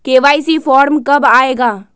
KYC form कब आए गा?